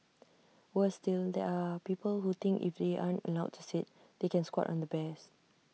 worse still there are people who think if they aren't allowed to sit they can squat on the bears